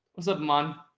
what's up mon